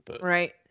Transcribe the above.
Right